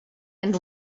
and